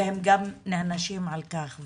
והם גם נענשים על כך.